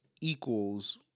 equals